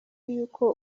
y’uko